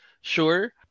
sure